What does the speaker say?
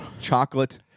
chocolate